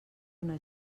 una